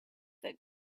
that